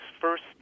first